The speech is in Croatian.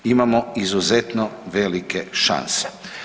Imamo izuzetno velike šanse.